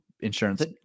insurance